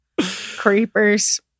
Creepers